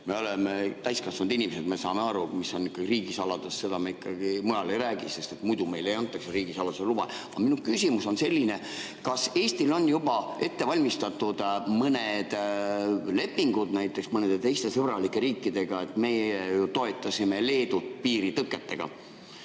Me oleme täiskasvanud inimesed, me saame aru, mis on riigisaladus. Seda me ikkagi mujal ei räägi, sest muidu meile ei antaks riigisaladuse luba. Aga minu küsimus on selline: kas Eestil on juba ette valmistatud mõned lepingud teiste sõbralike riikidega? Me ju toetasime Leedut piiritõketega,